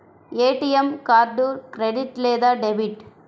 ATM card credit లేదా debit?